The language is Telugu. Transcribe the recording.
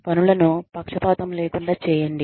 పనులను పక్షపాతము లేకుండా చేయండి